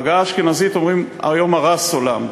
ובהגייה האשכנזית אומרים "היום הרת עולם",